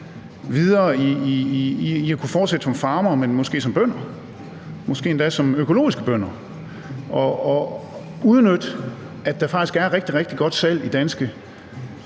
til at kunne fortsætte som farmere, måske som bønder, måske endda som økologiske bønder, og udnytte, at der faktisk er rigtig, rigtig godt salg i danske